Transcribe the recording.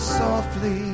softly